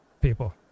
people